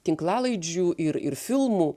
tinklalaidžių ir ir filmų